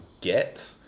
get